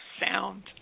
sound